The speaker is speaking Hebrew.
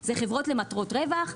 זה חברות למטרות רווח.